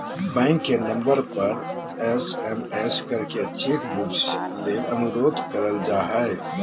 bank के number पर SMS करके चेक बुक ले अनुरोध कर जा हय